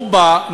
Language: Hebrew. הוא בא,